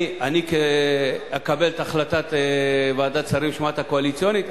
אני אקבל את החלטת ועדת שרים במשמעת הקואליציונית,